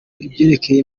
ibyerekeye